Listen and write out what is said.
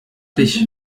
dich